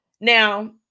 Now